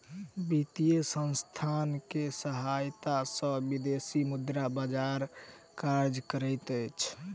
वित्तीय संसथान के सहायता सॅ विदेशी मुद्रा बजार कार्य करैत अछि